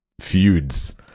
feuds